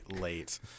late